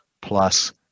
plus